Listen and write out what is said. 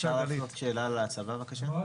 אפשר להפנות שאלה לצבא, בבקשה?